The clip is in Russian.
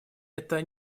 это